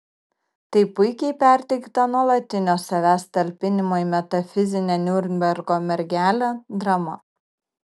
tai puikiai perteikta nuolatinio savęs talpinimo į metafizinę niurnbergo mergelę drama